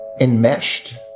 enmeshed